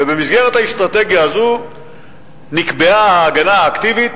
ובמסגרת האסטרטגיה הזו נקבעה ההגנה האקטיבית: